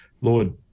Lord